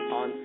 on